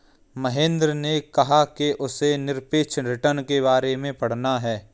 महेंद्र ने कहा कि उसे निरपेक्ष रिटर्न के बारे में पढ़ना है